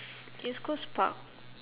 east coast park